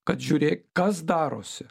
kad žiūrėk kas darosi